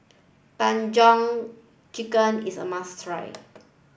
Tandoori Chicken is a must try